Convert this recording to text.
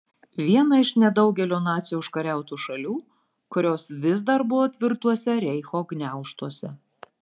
vieną iš nedaugelio nacių užkariautų šalių kurios vis dar buvo tvirtuose reicho gniaužtuose